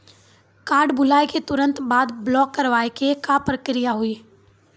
Card भुलाए के तुरंत बाद ब्लॉक करवाए के का प्रक्रिया हुई?